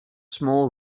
small